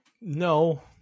No